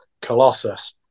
Colossus